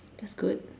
that's good